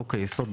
חוק היסוד),